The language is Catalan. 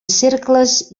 cercles